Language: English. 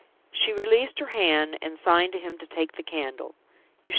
she released her hand, and signed to him to take the candle.